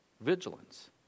Vigilance